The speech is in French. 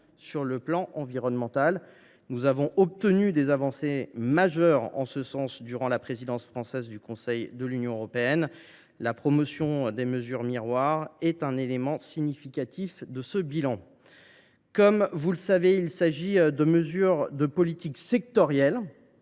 en matière environnementale. Nous avons obtenu des avancées majeures en ce sens durant la présidence française du Conseil de l’Union européenne. La promotion des mesures miroirs est un élément significatif de ce bilan. Comme vous le savez, il s’agit de mesures de politique sectorielle